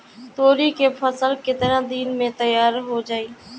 तोरी के फसल केतना दिन में तैयार हो जाई?